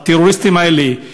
הטרוריסטים האלה,